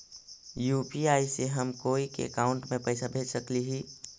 UPI से हम कोई के अकाउंट में पैसा भेज सकली ही?